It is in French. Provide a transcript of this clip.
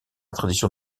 tradition